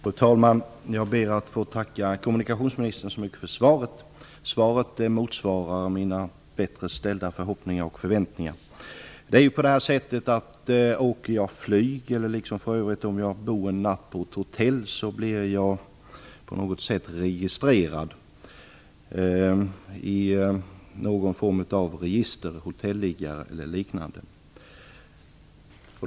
Fru talman! Jag ber att få tacka kommunikationsministern så mycket för svaret, som motsvarar mina högt ställda förhoppningar och förväntningar. Åker jag flyg eller bor jag en natt på hotell blir jag på något sätt registrerad i någon form av register, hotelliggare eller liknande.